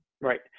Right